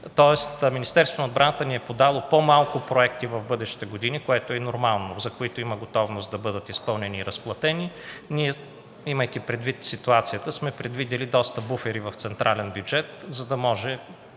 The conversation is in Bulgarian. тоест Министерството на отбраната ни е подало по-малко проекти в бъдещите години, което е и нормално, за които има готовност да бъдат изпълнени и разплатени. Имайки предвид ситуацията, ние сме предвидили доста буфери в централния бюджет, за да може